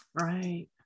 Right